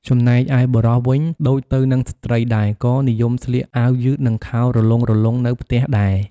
ចំណែកឯបុរសវិញ ដូចទៅនឹងស្ត្រីដែរ ក៏និយមស្លៀកអាវយឺត និងខោរលុងៗនៅផ្ទះដែរ។